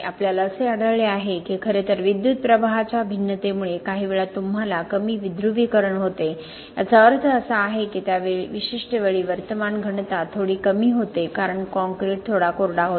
आपल्याला असे आढळले आहे की खरेतर विद्युत् प्रवाहाच्या भिन्नतेमुळे काहीवेळा तुम्हाला कमी विध्रुवीकरण होते याचा अर्थ असा आहे की त्या विशिष्ट वेळी वर्तमान घनता थोडी कमी होती कारण काँक्रीट थोडा कोरडा होता